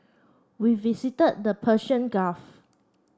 we visited the Persian Gulf